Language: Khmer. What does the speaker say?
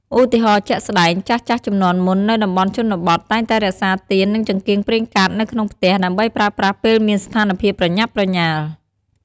ឧទាហរណ៍ជាក់ស្ដែង ចាស់ៗជំនាន់មុន នៅតំបន់ជនបទ តែងតែរក្សាទៀន និងចង្កៀងប្រេងកាតនៅក្នុងផ្ទះ ដើម្បីប្រើប្រាស់ពេលមានស្ថានភាពប្រញាប់ប្រញាល់។